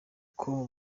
com